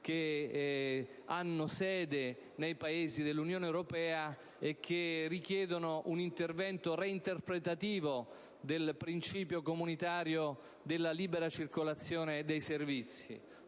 che hanno sede nei Paesi dell'Unione europea e che richiedono un intervento reinterpretativo del principio comunitario della libera circolazione dei servizi: